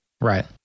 Right